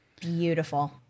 Beautiful